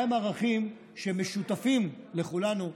מהם הערכים שמשותפים לכולנו.